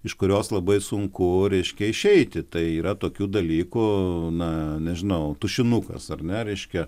iš kurios labai sunku reiškia išeiti tai yra tokių dalykų na nežinau tušinukas ar ne reiškia